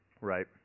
Right